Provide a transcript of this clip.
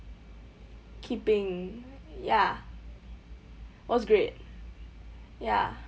keeping ya was great ya